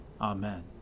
Amen